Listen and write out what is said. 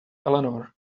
eleanor